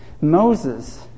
Moses